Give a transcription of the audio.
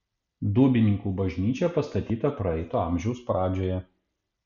dūbininkų bažnyčia pastatyta praeito amžiaus pradžioje